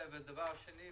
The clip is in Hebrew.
העתיקה?